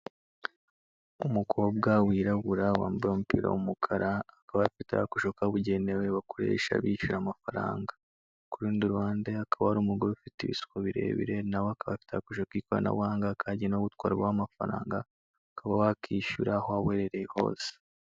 Umukobwa wirabura wambaye umupira w'umukara, akaba afite agakoresho kabugenewe bakoresha bishyura amafaranga. Ku rundi ruhande hakaba hari umugore ufite ibisuko birebire, nawe akaba afite agakoresho k'ikoranabuhanga kagenewe gutwarwaho amafaranga, ukaba wakwishyura aho waba uherereye hose.